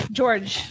George